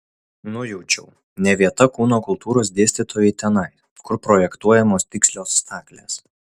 nujaučiau ne vieta kūno kultūros dėstytojai tenai kur projektuojamos tikslios staklės